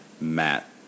Matt